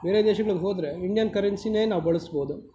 ಬೇರೆ ದೇಶಗಳಿಗೆ ಹೋದರೆ ಇಂಡಿಯನ್ ಕರೆನ್ಸಿನೇ ನಾವು ಬಳಸ್ಬೋದು